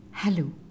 Hello